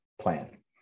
plan